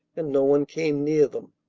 and no one came near them.